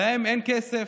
להם אין כסף?